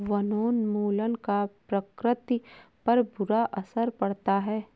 वनोन्मूलन का प्रकृति पर बुरा असर पड़ता है